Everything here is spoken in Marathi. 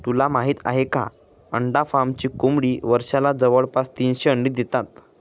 तुला माहित आहे का? अंडा फार्मची कोंबडी वर्षाला जवळपास तीनशे अंडी देते